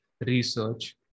research